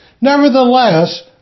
Nevertheless